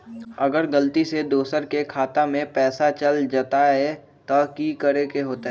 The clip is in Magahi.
अगर गलती से दोसर के खाता में पैसा चल जताय त की करे के होतय?